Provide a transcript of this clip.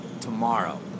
tomorrow